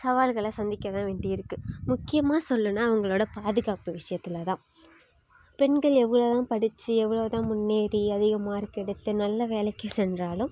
சவால்களை சந்திக்க தான் வேண்டி இருக்குது முக்கியமாக சொல்லணுன்னா அவங்களோட பாதுகாப்பு விஷயத்துலதான் பெண்கள் எவ்வளோதான் படிச்சு எவ்வளோதான் முன்னேறி அதிக மார்க் எடுத்து நல்ல வேலைக்கு சென்றாலும்